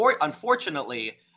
Unfortunately